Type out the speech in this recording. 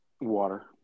Water